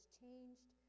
changed